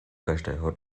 každého